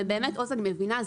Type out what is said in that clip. ובאמת אני מבינה,